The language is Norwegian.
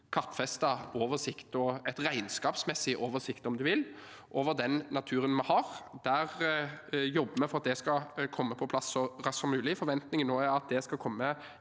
kartfestet oversikt og en regnskapsmessig oversikt, om du vil, over den naturen vi har. Der jobber vi for at det skal komme på plass så raskt som mulig. Forventningen nå er at det skal komme